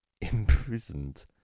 imprisoned